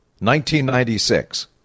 1996